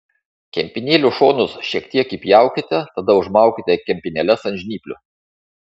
kempinėlių šonus šiek tiek įpjaukite tada užmaukite kempinėles ant žnyplių